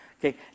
Okay